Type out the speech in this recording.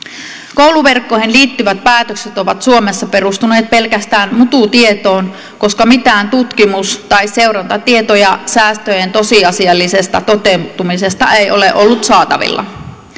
kouluverkkoihin liittyvät päätökset ovat suomessa perustuneet pelkästään mututietoon koska mitään tutkimus tai seurantatietoja säästöjen tosiasiallisesta toteutumisesta ei ole ollut saatavilla